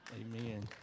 Amen